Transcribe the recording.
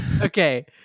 Okay